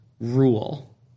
rule